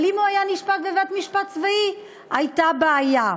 אבל אם הוא היה נשפט בבית-משפט צבאי הייתה בעיה.